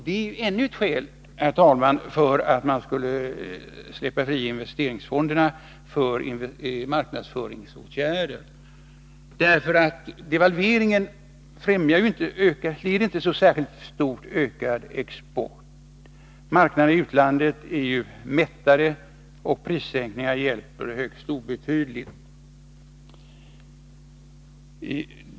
Det är ännu ett skäl, herr talman, för att släppa investeringsfonderna fria för marknadsföringsåtgärder. Devalveringen medför ju inte särskilt stor ökning av exporten. Marknaderna i utlandet är mättade, och prissänkningar hjälper högst obetydligt.